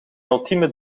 ultieme